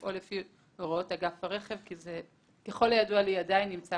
או לפי הוראות אגף הרכב כי ככל הידוע לי זה עדיין נמצא